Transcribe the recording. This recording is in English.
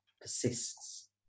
persists